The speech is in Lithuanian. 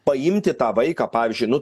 paimti tą vaiką pavyzdžiui nu